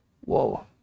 Whoa